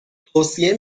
توصیه